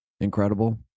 incredible